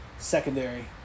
secondary